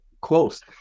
close